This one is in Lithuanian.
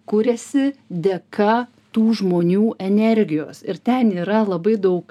kuriasi dėka tų žmonių energijos ir ten yra labai daug